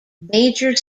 major